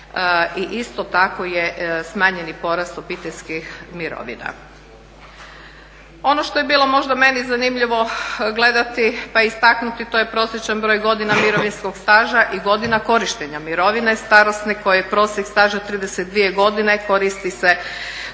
i isto tako je smanjeni porast obiteljskih mirovina. Ono što je bilo možda meni zanimljivo gledati pa istaknuti to je prosječan broj godina mirovinskog staža i godina korištenja mirovine, starosne kojoj je prosjek staža 32 godine koristi se